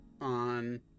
on